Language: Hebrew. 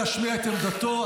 חבר הכנסת גואטה,